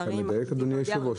אדוני היושב ראש,